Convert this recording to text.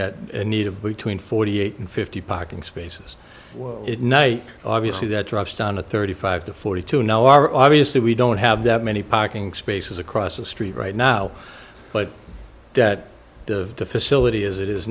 of between forty eight and fifty parking spaces it night obviously that drops down to thirty five to forty two now are obviously we don't have that many parking spaces across the street right now but that the facility as it is